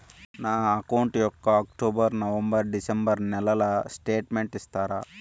నా అకౌంట్ యొక్క October, November, December నెలల స్టేట్మెంట్ ఇస్తారా?